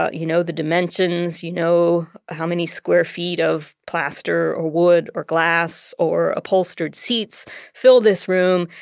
ah you know the dimensions, you know how many square feet of plaster or wood or glass or upholstered seats fill this room,